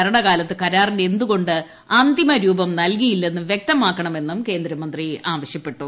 ഭരണകാലത്ത് കരാറിന്റ് എന്തുകൊണ്ട് അന്തിമ രുപം നൽകിയില്ലെന്ന് വ്യക്ത്രിമാക്കണമെന്ന് കേന്ദ്രമന്ത്രി ആവശ്യപ്പെട്ടു